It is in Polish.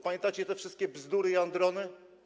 Pamiętacie te wszystkie bzdury i androny?